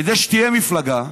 כדי שתהיה מפלגה,